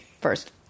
First